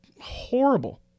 horrible